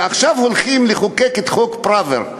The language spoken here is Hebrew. ועכשיו הולכים לחוקק את חוק פראוור.